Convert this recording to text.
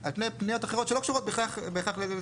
על פני פניות אחרות שלא קשורות בהכרח לתשתיות.